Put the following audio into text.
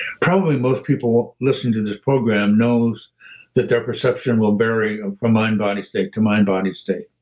probably most people listening to this program knows that their perception will vary from mind body state to mind body state.